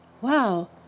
Wow